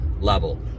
level